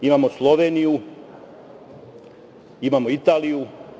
Imamo Sloveniju, imamo Italiju.